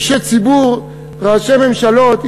אישי ציבור וראשי ממשלות,